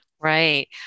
right